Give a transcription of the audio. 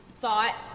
thought